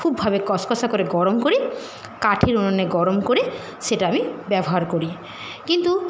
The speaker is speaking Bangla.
খুবভাবে কস কসা করে গরম করি কাঠের উনুনে গরম করে সেটা আমি ব্যবহার করি কিন্তু